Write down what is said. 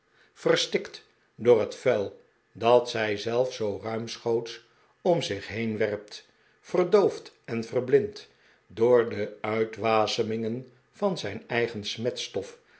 verstikt door h'et vuil dat hij zelf zoo ruimschoots om zich heen werpt verdoofd en verblind door de uitwasemingen van zijn eigen